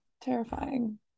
terrifying